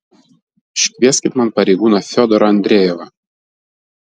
iškvieskit man pareigūną fiodorą andrejevą